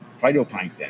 phytoplankton